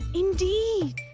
indeed!